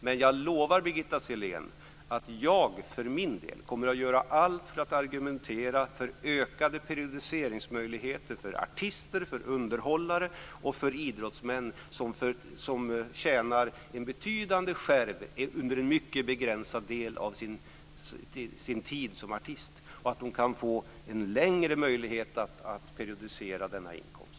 Men jag lovar att jag kommer att göra allt för att argumentera för ökade periodiseringsmöjligheter för artister, underhållare och idrottsmän som tjänar en betydande skärv under en mycket begränsad del av sin tid som artister och för att de under en längre tid kan få periodisera denna inkomst.